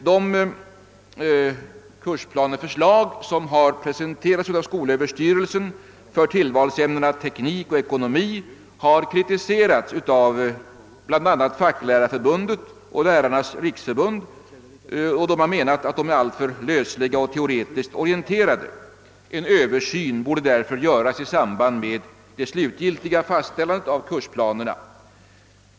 De kursplaneförslag som har presenterats av skolöverstyrelsen för tillvalsämnena teknik och ekonomi har kritiserats av bl.a. Facklärarförbundet och Lärarnas riksförbund, vilka menat att kursplaneförslagen är alltför lösliga och teoretiskt orienterade. En översyn borde därför göras i samband med det slutgiltiga fastställandet av kursplanerna.